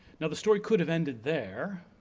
now the story could have ended there,